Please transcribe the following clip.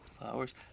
Flowers